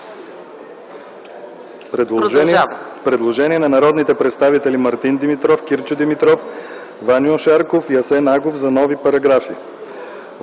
Предложение на народните представители Мартин Димитров, Кирчо Димитров, Ваньо Шарков и Асен Агов: В § 8: 1.